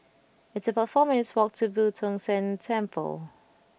it's about four minutes' walk to Boo Tong San Temple